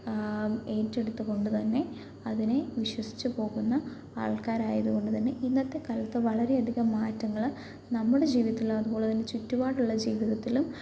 ഏറ്റെടുത്തു കൊണ്ട് തന്നെ അതിനെ വിശ്വസിച്ചു പോകുന്ന ആൾക്കാരായതുകൊണ്ട് തന്നെ ഇന്നത്തെ കാലത്ത് വളരെയധികം മാറ്റങ്ങള് നമ്മുടെ ജീവിതത്തിൽ അതുപോലെ തന്നെ ചുറ്റുപാടുള്ള ജീവിതത്തിലും